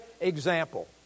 example